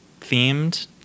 themed